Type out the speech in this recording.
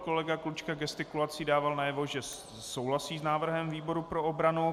Kolega Klučka gestikulací dával najevo, že souhlasí s návrhem výboru pro obranu.